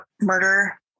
murder